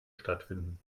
stattfinden